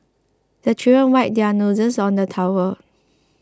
the children wipe their noses on the towel